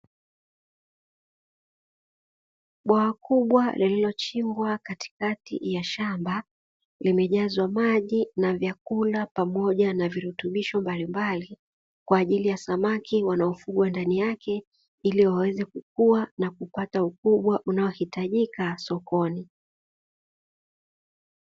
Bwawa kubwa lililochimbwa katikati ya shamba, limejazwa maji na vyakula pamoja na virutubisho mbalimbali kwa ajili ya samaki wanaofugwa ndani yake, ili waweze kukua na kupata ukubwa unaohitajika sokoni.